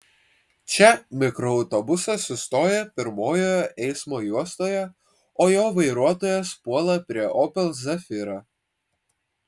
čia mikroautobusas sustoja pirmojoje eismo juostoje o jo vairuotojas puola prie opel zafira